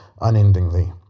unendingly